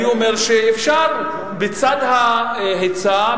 אני אומר שבצד ההיצע,